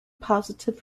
positive